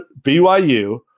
BYU